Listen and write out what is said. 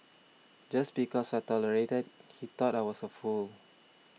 just because I tolerated he thought I was a fool